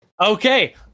okay